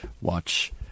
watch